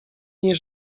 nie